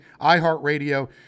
iHeartRadio